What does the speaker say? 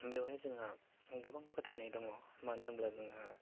बेवहाय जोंहा गोबां फोथायनाय दङ मानो होनब्ला जोंहा